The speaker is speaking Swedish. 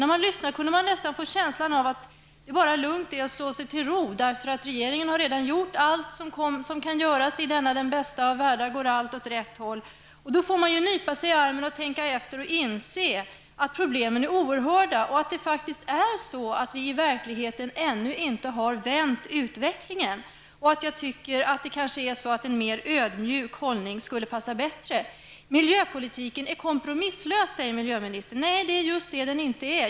När man lyssnade kunde man nästan få känslan av att det bara var att slå sig till ro, för regeringen har redan gjort allt som kan göras. I denna den bästa av världar går allt åt rätt håll. Då får man nypa sig i armen, tänkta efter och inse att problemen är oerhörda och att vi i verkligheten faktiskt ännu inte har vänt utvecklingen. Jag tycker att en mer ödmjuk hållning kanske skulle passa bättre. Miljöpolitiken är kompromisslös, säger miljöministern. Nej, det är just det den inte är.